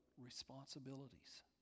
responsibilities